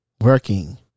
working